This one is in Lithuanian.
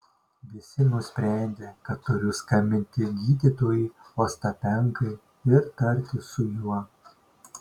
visi nusprendė kad turiu skambinti gydytojui ostapenkai ir tartis su juo